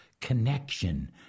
connection